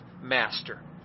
master